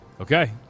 Okay